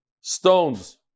stones